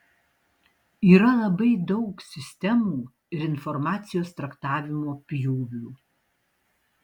yra labai daug sistemų ir informacijos traktavimo pjūvių